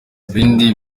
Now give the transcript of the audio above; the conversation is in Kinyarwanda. ibindi